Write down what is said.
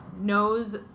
knows